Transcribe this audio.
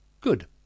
Good